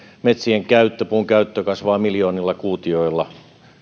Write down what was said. metsien käyttö puun käyttö kasvaa miljoonilla kuutioilla